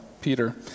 Peter